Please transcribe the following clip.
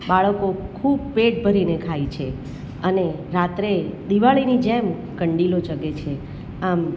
બાળકો ખૂબ પેટ ભરીને ખાય છે અને રાત્રે દિવાળીની જેમ કંદીલો ચગે છે આમ